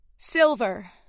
Silver